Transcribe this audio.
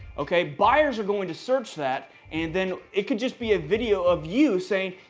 okay, buyers are going to search that and then it could just be a video of you saying,